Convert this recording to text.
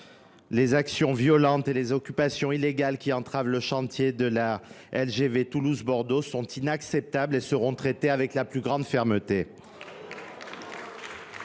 les actions violentes et les occupations illégales qui entravent le chantier de la LGV Toulouse Bordeaux sont inacceptables et seront traitées avec la plus grande fermeté.